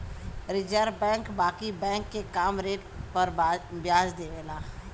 reserve Bank बाकी bank के कम रेट पे करजा देवेला